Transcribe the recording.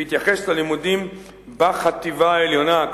בהתייחס ללימודים בחטיבה העליונה.